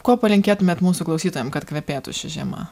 ko palinkėtumėt mūsų klausytojam kad kvepėtų ši žiema